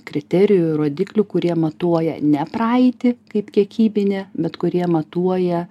kriterijų ir rodiklių kurie matuoja ne praeitį kaip kiekybinę bet kurie matuoja